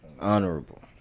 honorable